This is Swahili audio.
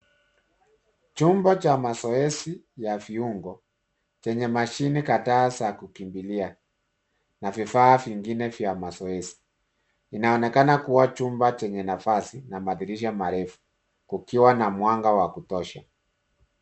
Chumba cha mazoezi ya vyungo chenye mashine kadhaa ya kukimbilia na vifaa vingine vya mazoezi. Kinaonekana kuwa chumba chenye nafasi na madirisha marefu kukiwa na mwanga wa kutosha.